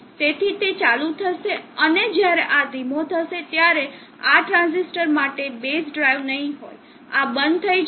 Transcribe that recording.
તેથી તે ચાલુ થશે અને જ્યારે આ ધીમો થશે ત્યારે આ ટ્રાંઝિસ્ટર માટે બેઝ ડ્રાઇવ નહીં હોય આ બંધ થઈ જશે